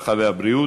הרווחה והבריאות,